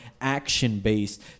action-based